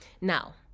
Now